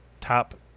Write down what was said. top